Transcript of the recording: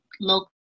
local